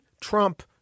Trump